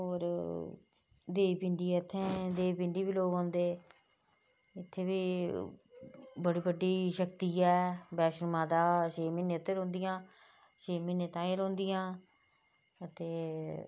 होर देबी पिंडी ऐ इत्थै देबी पिंडी बी लोग औंदे इत्थै बी बड़ी बड्डी शक्ति ऐ बैश्णो माता छे म्हीने उत्थै रौंहदियां छै म्हीने ताईं रौंह्दियां ते